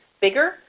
bigger